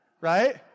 right